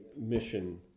mission